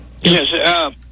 Yes